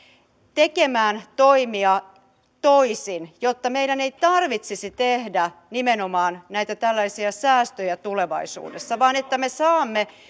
tekemään toimia toisin jotta meidän ei tarvitsisi tehdä nimenomaan näitä tällaisia säästöjä tulevaisuudessa vaan me saamme